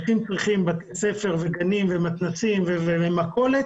לכן צריכים בתי ספר, גני ילדים, מתנ"סים ומכולת